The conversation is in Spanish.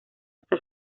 hasta